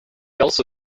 also